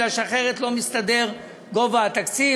כי אחרת לא מסתדר גובה התקציב,